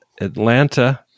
Atlanta